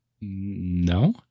No